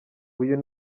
uyu